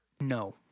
No